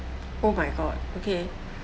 oh my god okay